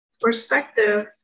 perspective